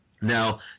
Now